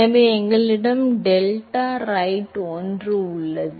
எனவே எங்களிடம் delta right 1 உள்ளது